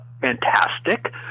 fantastic